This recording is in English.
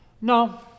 No